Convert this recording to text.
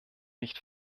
nicht